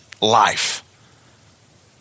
life